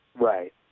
Right